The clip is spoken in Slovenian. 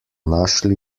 našli